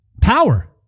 power